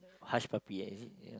hush puppy eh is it you know